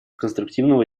конструктивного